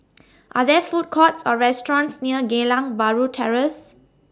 Are There Food Courts Or restaurants near Geylang Bahru Terrace